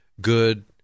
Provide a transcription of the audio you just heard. good